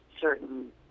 certain